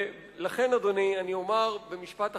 לכן, אדוני, אני אומר במשפט אחרון: